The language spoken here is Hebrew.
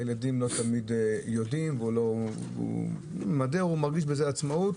הילדים לא תמיד יודעים והוא מרגיש בזה עצמאות.